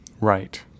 Right